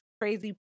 crazy